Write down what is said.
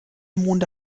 monde